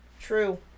True